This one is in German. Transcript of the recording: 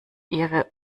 ihre